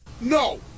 No